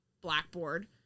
blackboard